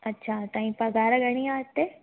अच्छा तव्हांजी पघारु घणी आहे हिते